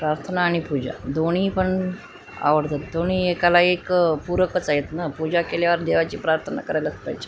प्रार्थना आणि पूजा दोन्ही पण आवडतात दोन्ही एकाला एक पूरक आहेना पूजा केल्यावर देवाची प्रार्थना करायलाच पाहिजे